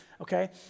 okay